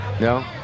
no